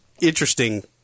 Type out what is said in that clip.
interesting